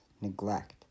neglect